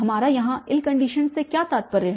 हमारा यहाँ ill conditioned से क्या तात्पर्य है